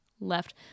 left